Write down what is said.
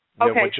Okay